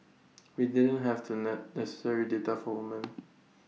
we didn't have the ne necessary data for woman